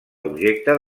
objecte